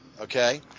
Okay